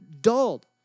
dulled